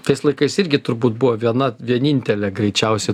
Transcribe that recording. tais laikais irgi turbūt buvo viena vienintelė greičiausiai